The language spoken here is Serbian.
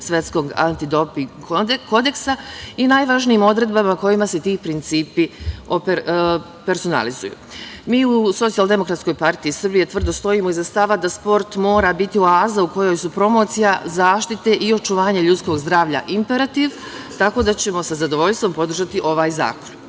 svetskog anti doping kodeksa i najvažnijim odredbama kojima se ti principi personalizuju. Mi u SDPS tvrdo stojimo iza stava da sport mora biti oaza u kojoj su promocija zaštite i očuvanje ljudskog zdravlja imperativ, tako da ćemo sa zadovoljstvom podržati ovaj zakon. Što